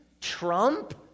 Trump